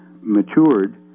matured